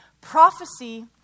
Prophecy